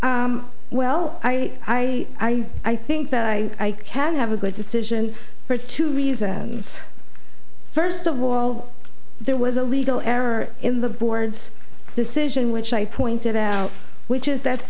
well i i think that i can have a good decision for two reasons first of all there was a legal error in the board's decision which i pointed out which is that